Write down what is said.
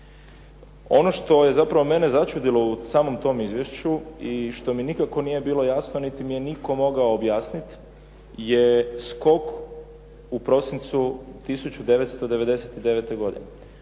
Ono što je zapravo mene začudilo u samom tom izvješću i što mi nikako nije bilo jasno niti mi je nitko mogao objasniti je skok u prosincu 1999. godine.